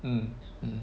mm mm